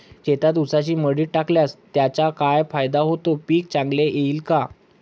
शेतात ऊसाची मळी टाकल्यास त्याचा काय फायदा होतो, पीक चांगले येईल का?